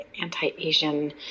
anti-Asian